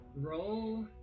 Roll